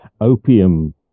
opium